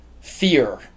fear